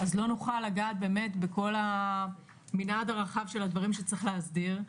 לא נוכל לגעת באמת בכל המנעד הרחב של הדברים שצריך להסדיר.